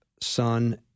son